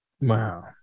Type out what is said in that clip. Wow